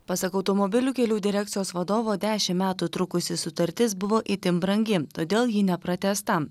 pasak automobilių kelių direkcijos vadovo dešimt metų trukusi sutartis buvo itin brangi todėl ji nepratęsta